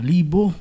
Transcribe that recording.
Libo